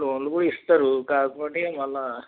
లోన్లు కూడా ఇస్తారు కాకపోతే మళ్ళా